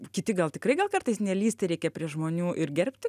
kiti gal tikrai gal kartais nelįsti reikia prie žmonių ir gerbti